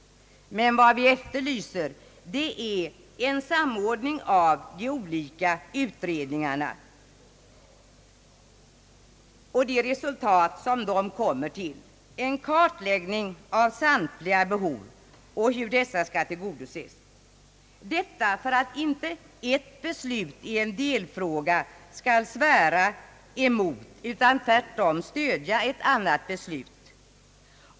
Men vad vi efterlyser är en samordning av de olika utredningarna och resultaten därav — en kartläggning av samtliga behov och hur dessa skall tillgodoses. Ett beslut i en delfråga skall inte gå emot utan tvärtom stödja ett annat beslut.